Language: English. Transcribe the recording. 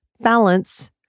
balance